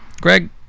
Greg